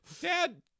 Dad